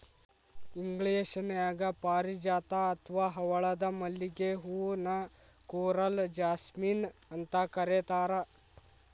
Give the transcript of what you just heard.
ಇಂಗ್ಲೇಷನ್ಯಾಗ ಪಾರಿಜಾತ ಅತ್ವಾ ಹವಳದ ಮಲ್ಲಿಗೆ ಹೂ ನ ಕೋರಲ್ ಜಾಸ್ಮಿನ್ ಅಂತ ಕರೇತಾರ